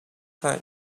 time